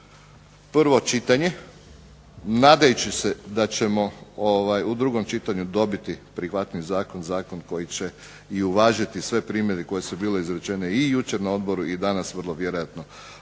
prvo čitanje nadajući se da ćemo u drugom čitanju dobiti prihvatljiviji zakon, zakon koji će i uvažiti sve primjedbe koje su bile izrečene i jučer na odboru i danas vrlo vjerojatno